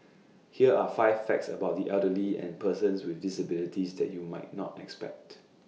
here are five facts about the elderly and persons with disabilities that you might not expect